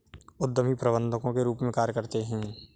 उद्यमी प्रबंधकों के रूप में कार्य करते हैं